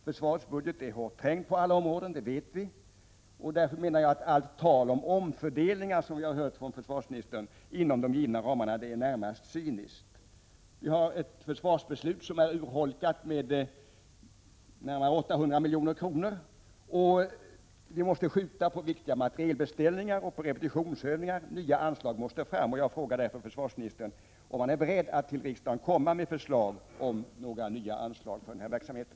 Försvarets budget är hårt trängd på alla områden, det vet vi. Därför menar jag att allt tal om omfördelningar, som vi har hört från försvarsministern, inom de givna ramarna är närmast cyniskt. Försvarsbeslutet är urholkat med närmare 800 milj.kr. Försvaret måste skjuta upp viktiga materielbeställningar och repetitionsövningar. Nya anslag måste fram. Jag frågar därför försvarsministern om han är beredd att till riksdagen komma med förslag om några nya anslag till ubåtsskyddsverksamheten.